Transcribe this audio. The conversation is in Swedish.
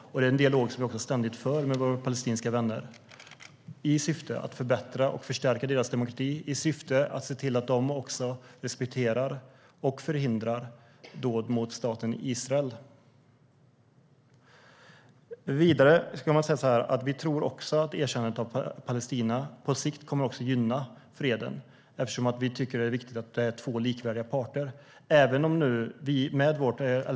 Det är också en dialog som vi ständigt för med våra palestinska vänner, i syfte att förbättra och förstärka deras demokrati, i syfte att se till att även de respekterar Israel och förhindrar dåd mot staten Israel. Vi tror också att erkännandet att Palestina på sikt kommer att gynna freden, eftersom vi tycker det är viktigt att det är två likvärdiga parter.